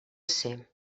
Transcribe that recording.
ser